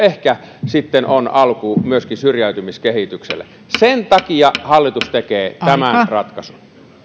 ehkä sitten on alku myöskin syrjäytymiskehitykselle sen takia hallitus tekee tämän ratkaisun